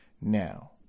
Now